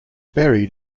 buried